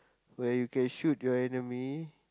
where you can shoot your enemy